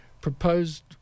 proposed